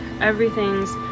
everything's